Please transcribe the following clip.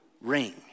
ring